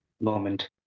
moment